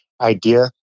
idea